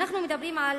אנו מדברים על